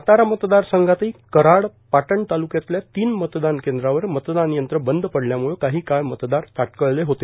सातारा मतदार संघातही कराड पाटण तालुक्यातल्या तीन मतदान केंद्रावर मतदान यंत्र बंद पडल्यामुळे काही काळ मतदार ताटकळले होते